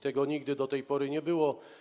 Tego nigdy do tej pory nie było.